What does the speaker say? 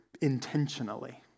intentionally